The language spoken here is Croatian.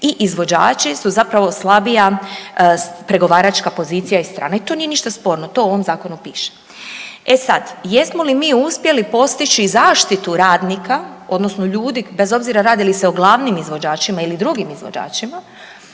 i izvođači su zapravo slabija pregovaračka pozicija i strana. To nije ništa sporno, to u ovom zakonu piše. E sada jesmo li mi uspjeli postići i zaštitu radnika odnosno ljudi bez obzira radi li se o glavnim izvođačima ili drugim izvođačima